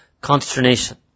consternation